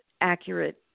accurate